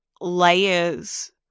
layers